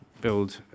build